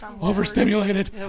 Overstimulated